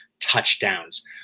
touchdowns